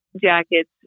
jackets